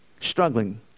Struggling